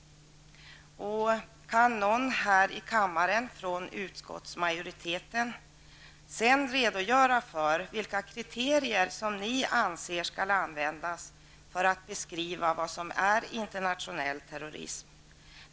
Kan någon här i kammaren från utskottsmajoriteten redogöra för vilka kriterier ni anser skall användas för att beskriva vad som är internationell terrorism?